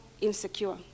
insecure